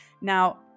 Now